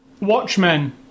Watchmen